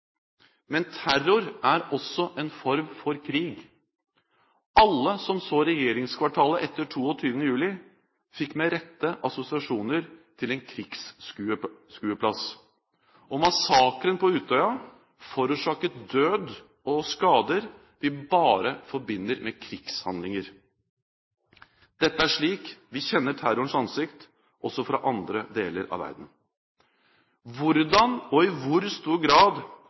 men terror er også en form for krig. Alle som så regjeringskvartalet etter 22. juli, fikk med rette assosiasjoner til en krigsskueplass, og massakren på Utøya forårsaket død og skader vi bare forbinder med krigshandlinger. Dette er slik vi kjenner terrorens ansikt også fra andre deler av verden. Hvordan, og i hvor stor grad,